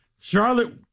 Charlotte